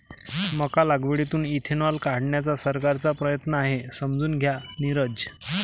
मका लागवडीतून इथेनॉल काढण्याचा सरकारचा प्रयत्न आहे, समजून घ्या नीरज